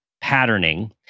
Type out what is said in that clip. patterning